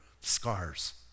scars